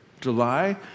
July